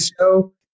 show